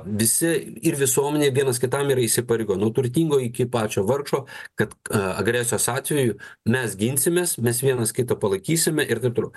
visi ir visuomenė vienas kitam yra įsipareigoję nuo turtingo iki pačio vargšo kad agresijos atveju mes ginsimės mes vienas kitą palaikysime ir taip toliau